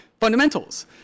fundamentals